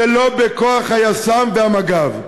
ולא בכוח היס"מ והמג"ב.